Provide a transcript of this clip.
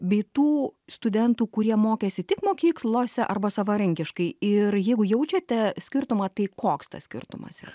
bei tų studentų kurie mokėsi tik mokyklose arba savarankiškai ir jeigu jaučiate skirtumą tai koks tas skirtumas yra